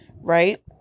right